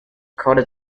called